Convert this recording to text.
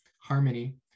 Harmony